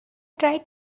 try